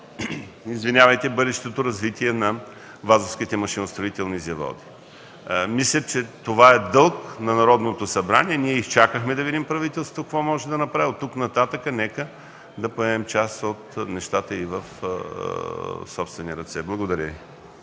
за бъдещето развитие на Вазовските машиностроителни заводи. Мисля, че това е дълг на Народното събрание. Ние изчакахме да видим какво може да направи правителството и оттук нататък нека да поемем част от нещата и в собствени ръце. Благодаря.